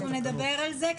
אנחנו נדבר על זה.